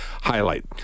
highlight